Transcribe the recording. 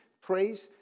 praise